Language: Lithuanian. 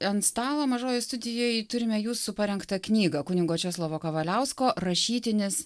ant stalo mažoje studijoje turime jūsų parengtą knygą kunigo česlovo kavaliausko rašytinis